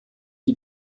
die